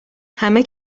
همه